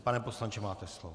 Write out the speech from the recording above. Pane poslanče, máte slovo.